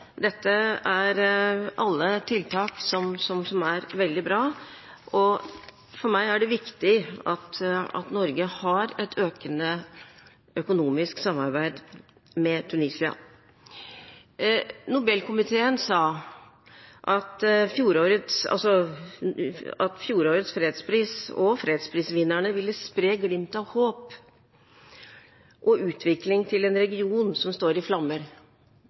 dette er tiltak som er veldig bra, og for meg er det viktig at Norge har et økende økonomisk samarbeid med Tunisia. Nobelkomiteen sa om fjorårets fredspris at fredsprisvinnerne ville spre glimt av håp og utvikling til en region som står i flammer.